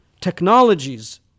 technologies